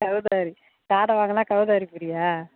கௌதாரி காடை வாங்குனா கௌதாரி ஃப்ரியா